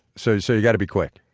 so so you got to be quick.